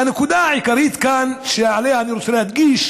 והנקודה העיקרית שאותה אני רוצה להדגיש